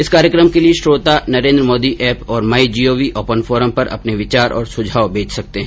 इस कार्यक्रम के लिए श्रोता नरेन्द्र मोदी ऐप और my G O V open forum पर अपने विचार और सुझाव भेज सकते हैं